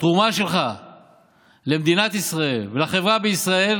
התרומה שלך למדינת ישראל ולחברה בישראל